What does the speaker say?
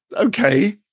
okay